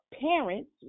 parents